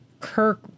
Kirk